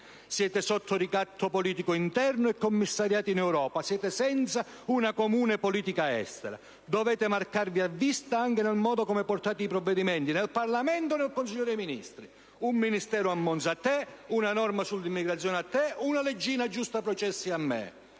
Siete sotto ricatto politico interno e commissariati in Europa, siete senza una comune politica estera, dovete marcarvi a vista anche nel modo come portate i provvedimenti nel Parlamento o nel Consiglio dei ministri: un Ministero a Monza a te, una norma sull'immigrazione a te, una leggina aggiusta-processi a me.